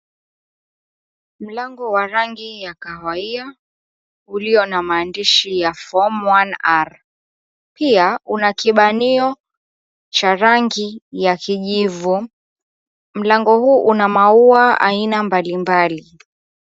Mlango wa rangi ya kahawia uliyo na maandishi ya [c]form one r . Pia kuna kibanio cha rangi ya kijivu, mlango huu una maua aina mbalimbali.